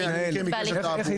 הפליליות.